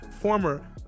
former